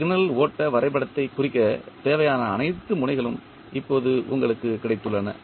signal ஓட்ட வரைபடத்தை குறிக்க தேவையான அனைத்து முனைகளும் இப்போது உங்களுக்கு கிடைத்துள்ளன